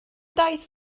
daith